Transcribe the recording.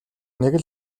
нэг